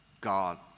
God